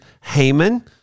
Haman